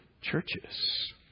churches